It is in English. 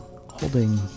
holding